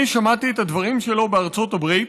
אני שמעתי את הדברים שלו בארצות הברית,